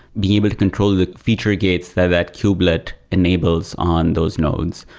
being able to control the feature gates that that kubelet enables on those nodes.